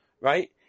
Right